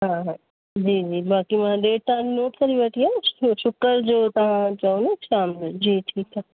हा हा जी जी बाक़ी डेट मां नोट करे वठी आहे शुकर जो तव्हां चयो न शाम जो जी ठीकु आहे